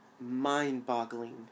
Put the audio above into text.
mind-boggling